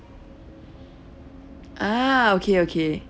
ah okay okay